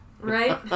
Right